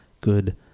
good